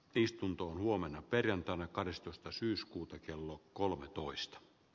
istuntoon huomenna perjantaina kahdestoista syyskuuta kello kolmetoista b